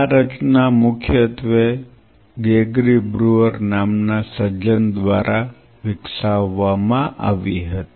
આ રચના મુખ્યત્વે ગ્રેગરી બ્રુઅર નામના સજ્જન દ્વારા વિકસાવવામાં આવી હતી